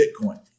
Bitcoin